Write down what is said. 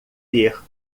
ter